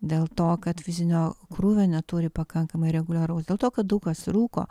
dėl to kad fizinio krūvio neturi pakankamai reguliaraus dėl to kad daug kas rūko